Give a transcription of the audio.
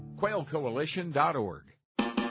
Quailcoalition.org